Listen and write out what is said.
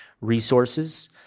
resources